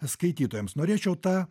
skaitytojams norėčiau ta